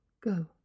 go